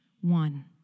one